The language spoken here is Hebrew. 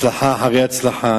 הצלחה אחרי הצלחה.